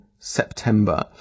September